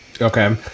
Okay